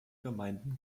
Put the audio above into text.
gemeinden